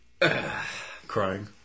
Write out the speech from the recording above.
Crying